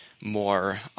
more